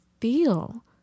feel